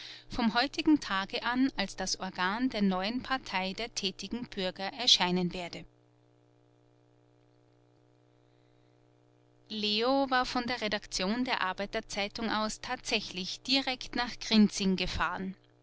vom heutigen tage an als das organ der neuen partei der tätigen bürger erscheinen werde leo war von der redaktion der arbeiter zeitung aus tatsächlich direkt nach grinzing gefahren